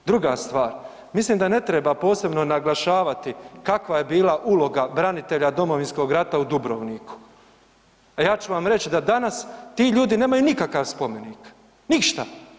Druga stvar, mislim da ne treba posebno naglašavati kakva je bila uloga branitelja Domovinskog rata u Dubrovniku, a ja ću vam reći da danas ti ljudi nemaju nikakav spomenik, ništa.